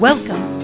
Welcome